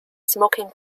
smoking